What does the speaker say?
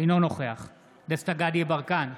אינו נוכח דסטה גדי יברקן,